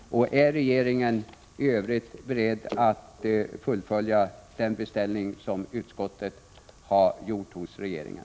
Är regeringen beredd att i övrigt fullfölja den beställning som utskottet har gjort hos regeringen?